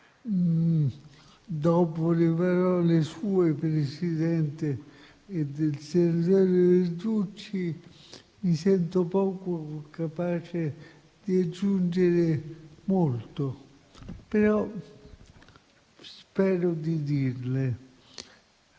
Dopo le parole sue, Presidente, e del senatore Verducci, mi sento poco capace di aggiungere molto, ma spero di farlo.